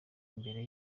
imbere